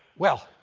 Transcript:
well,